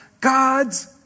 God's